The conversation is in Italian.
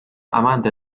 amante